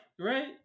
right